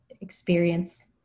experience